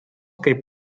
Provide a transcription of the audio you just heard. kaip